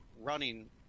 running